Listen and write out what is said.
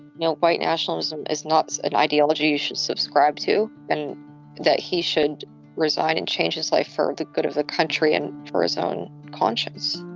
no, white nationalism is not an ideology. subscribe to. and that he should resign and change his life for the good of the country and for his own conscience